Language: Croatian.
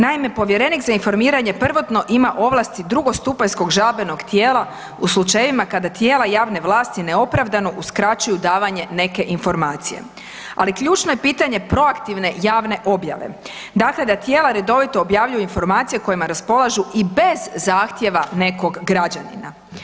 Naime, povjerenik za informiranje prvotno ima ovlasti drugostupanjskog žalbenog tijela u slučajevima kada tijela javne vlasti neopravdano uskraćuju davanje neke informacije, ali ključno je pitanje proaktivne javne objave, dakle da tijela redovito objavljuju informacije kojima raspolažu i bez zahtjeva nekog građanina.